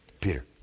Peter